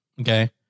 Okay